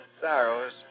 Sorrows